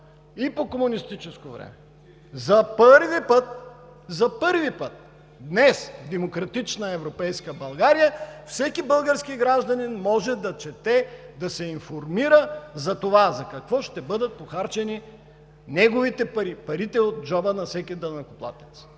и по комунистическо време! За първи път днес в демократична европейска България всеки български гражданин може да чете и да се информира за какво ще бъдат похарчени неговите пари – парите от джоба на всеки данъкоплатец,